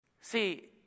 See